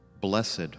Blessed